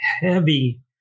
heavy